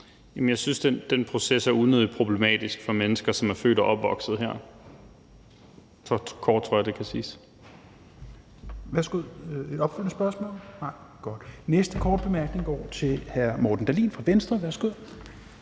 Jeg synes, den proces er unødig problematisk for mennesker, som er født og opvokset her. Så kort tror jeg det kan siges.